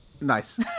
Nice